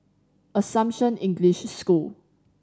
Assumption English School